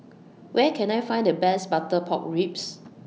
Where Can I Find The Best Butter Pork Ribs